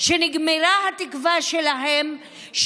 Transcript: שנגמרה התקווה שלהם,